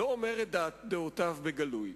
לא אומר את דעותיו בגלוי.